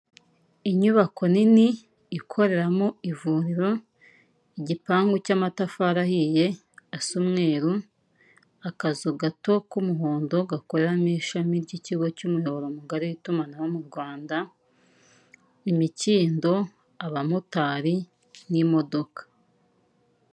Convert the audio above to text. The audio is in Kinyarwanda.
Uyu ni umugabo wambaye imikenyerero, yambaye urunigi mu ijosi. Imikenyero ni imyambaro kera abanyarwanda bajyaga bambara ariko n'ubu turayikoresha kuko n'uyu ni imyambaro y'umuco wacu, arimo aravugira ku ndangururamajwi, inyuma ye hari intebe z'imyeru hari n'icyapa kimushushanyijeho, hicaye abantu bisa nk'aho bamuteze amatwi wumva ibyo ababwira.